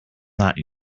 not